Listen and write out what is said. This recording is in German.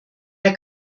der